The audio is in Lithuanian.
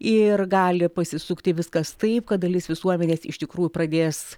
ir gali pasisukti viskas taip kad dalis visuomenės iš tikrųjų pradės